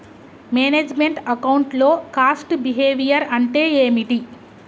Manage meant account లో cost behaviour అంటే ఏమిటి?